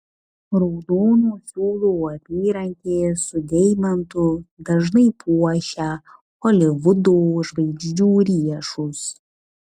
raudono siūlo apyrankė su deimantu dažnai puošia holivudo žvaigždžių riešus